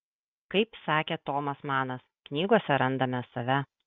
kaip sakė tomas manas knygose randame save